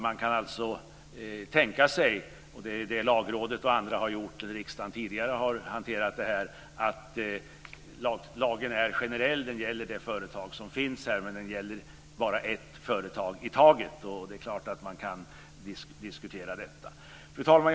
Man kan alltså tänka sig, och det är ju det Lagrådet och andra har gjort när riksdagen tidigare har hanterat det här, att lagen är generell. Den gäller det företag som finns här, men den gäller bara ett företag i taget. Det är klart att man kan diskutera detta. Fru talman!